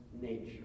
nature